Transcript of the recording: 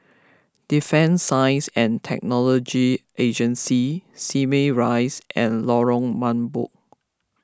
Defence Science and Technology Agency Simei Rise and Lorong Mambong